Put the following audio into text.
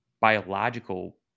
biological